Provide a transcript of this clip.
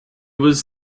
was